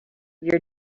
your